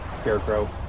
scarecrow